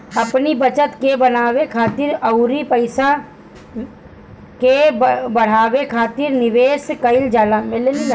अपनी बचत के बनावे खातिर अउरी पईसा के बढ़ावे खातिर निवेश कईल जाला